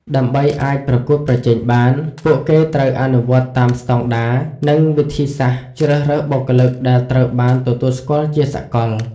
ដើម្បីអាចប្រកួតប្រជែងបាន ពួកគេត្រូវអនុវត្តតាមស្តង់ដារ និងវិធីសាស្រ្តជ្រើសរើសបុគ្គលិកដែលត្រូវបានទទួលស្គាល់ជាសាកល។